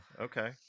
Okay